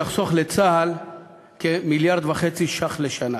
יחסוך לצה"ל כ-1.5 מיליארד שקלים לשנה.